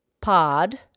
pod